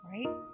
Right